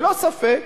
ללא ספק.